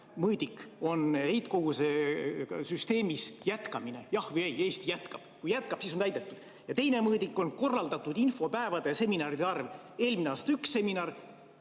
mõõdik on heitkoguste süsteemis jätkamine. Jah või ei: kas Eesti jätkab? Kui jätkab, siis on täidetud. Ja teine mõõdik on korraldatud infopäevade seminaride arv. Eelmine aasta oli üks seminar,